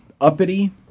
uppity